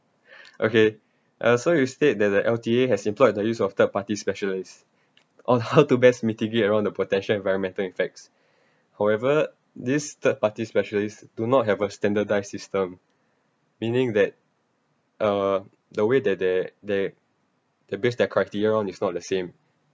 okay uh so you state that L_T_A has employed the use of third party specialists on how to best mitigate around the potential environmental effects however this third party specialist do not have a standardised system meaning that uh the way that they they they base their criteria on is not the same